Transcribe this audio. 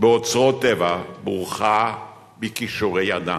באוצרות טבע, בורכה בכישורי אדם.